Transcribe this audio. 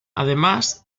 además